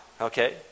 Okay